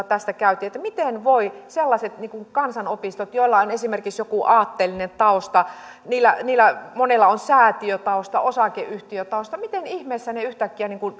tästä käytiin ja miten ihmeessä sellaiset kansanopistot joilla on esimerkiksi joku aatteellinen tausta niillä niillä monella on säätiötausta osakeyhtiötausta yhtäkkiä